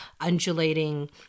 undulating